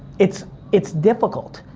it's it's difficult,